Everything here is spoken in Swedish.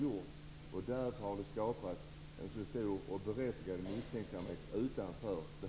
Därför har det skapats en stor och berättigad misstänksamhet utanför detta hus.